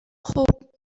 خوب